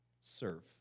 Serve